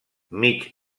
mig